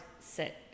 sit